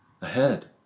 ahead